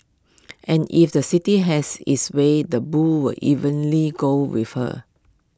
and if the city has its way the bull were evenly go with her